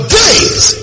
days